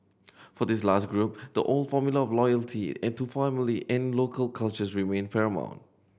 for this last group the old formula of loyalty and to family and local cultures remained paramount